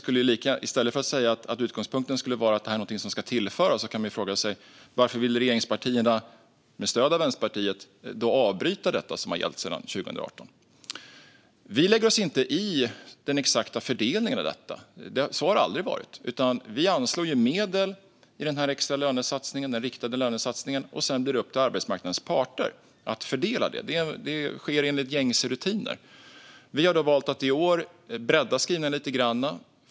I stället för att säga att utgångspunkten skulle vara att det här är någonting som ska tillföras kan man fråga sig varför regeringspartierna med stöd av Vänsterpartiet ville avbryta det som har gällt sedan 2018. Vi lägger oss inte i den exakta fördelningen av detta. Så har det aldrig varit. Vi anslår medel i den extra riktade lönesatsningen, och sedan blir det upp till arbetsmarknadens parter att fördela dem. Det sker enligt gängse rutiner. Vi har valt att bredda skrivningarna lite grann i år.